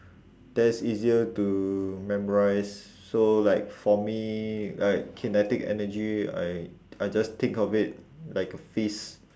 that is easier to memorise so like for me like kinetic energy I I just think of it like a fist